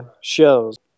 shows